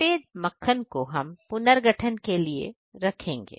सफेद मक्खन को हम पुनर्गठन के लिए रखेंगे